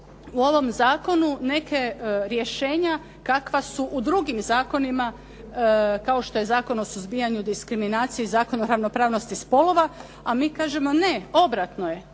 u ovom zakonu neka rješenja kakva su u drugim zakonima, kao što je Zakon o suzbijanju diskriminacije i Zakon o ravnopravnosti spolova, a mi kažemo ne, obratno je,